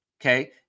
okay